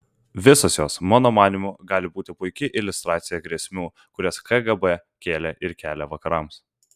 visos jos mano manymu gali būti puiki iliustracija grėsmių kurias kgb kėlė ir kelia vakarams